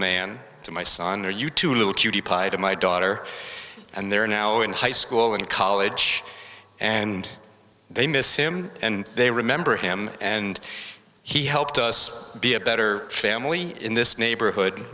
man to my son or you two little cutie pie to my daughter and they're now in high school and college and they miss him and they remember him and he helped us be a better family in this neighborhood